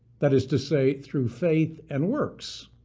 that is to say through faith and works